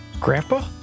Grandpa